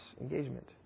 engagement